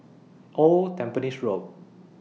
Old Tampines Road